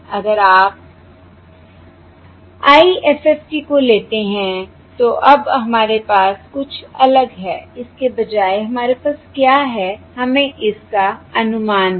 अगर आप IFFT को लेते हैं तो अब हमारे पास कुछ अलग है इसके बजाय हमारे पास क्या है हमें इसका अनुमान है